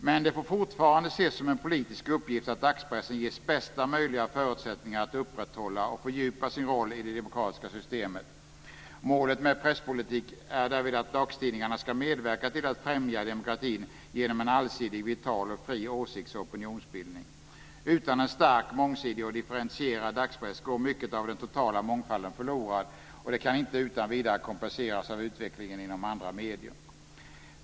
Men det får fortfarande ses som en politisk uppgift att dagspressen ges bästa möjliga förutsättningar att upprätthålla och fördjupa sin roll i det demokratiska systemet. Målet med presspolitiken är därvid att dagstidningarna ska medverka till att främja demokratin genom en allsidig, vital och fri åsikts och opinionsbildning. Utan en stark, mångsidig och differentierad dagspress går mycket av den totala mångfalden förlorad och det kan inte utan vidare kompenseras av utvecklingen inom andra medier.